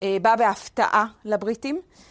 בא בהפתעה לבריטים...